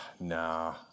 nah